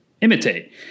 imitate